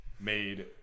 made